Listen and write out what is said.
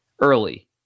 early